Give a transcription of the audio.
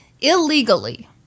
illegally